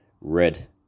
red